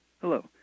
Hello